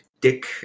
dick